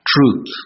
Truth